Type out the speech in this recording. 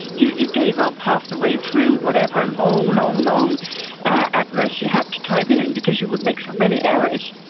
you you gave up half the way through a long, um long, long address you had to type in, because you would make so many errors.